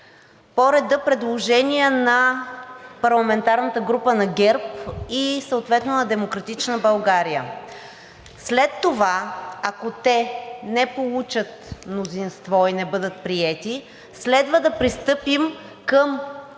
по реда им предложения на парламентарната група на ГЕРБ-СДС и съответно на „Демократична България“. След това, ако те не получат мнозинство и не бъдат приети, следва да пристъпим към